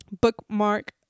bookmark